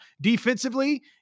defensively